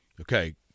Okay